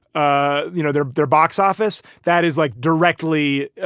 ah you know, their their box office. that is like directly,